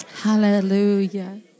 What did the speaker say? Hallelujah